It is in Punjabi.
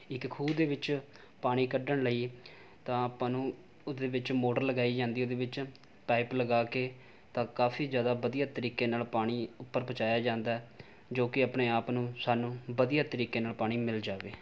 ਇੱਕ ਖੂਹ ਦੇ ਵਿੱਚ ਪਾਣੀ ਕੱਢਣ ਲਈ ਤਾਂ ਆਪਾਂ ਨੂੰ ਉਹਦੇ ਵਿੱਚ ਮੋਟਰ ਲਗਾਈ ਜਾਂਦੀ ਉਹਦੇ ਵਿੱਚ ਪਾਈਪ ਲਗਾ ਕੇ ਤਾਂ ਕਾਫ਼ੀ ਜ਼ਿਆਦਾ ਵਧੀਆ ਤਰੀਕੇ ਨਾਲ ਪਾਣੀ ਉੱਪਰ ਪਹੁੰਚਾਇਆ ਜਾਂਦਾ ਜੋ ਕਿ ਆਪਣੇ ਆਪ ਨੂੰ ਸਾਨੂੰ ਵਧੀਆ ਤਰੀਕੇ ਨਾਲ ਪਾਣੀ ਮਿਲ ਜਾਵੇ